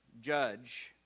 judge